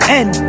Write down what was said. end